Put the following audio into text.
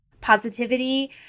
positivity